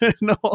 no